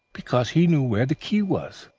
because he knew where the key was.